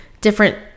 different